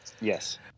Yes